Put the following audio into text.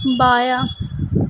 بایاں